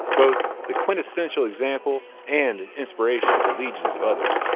both the quintessential example and an inspiration to legions of others.